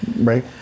Right